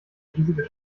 riesige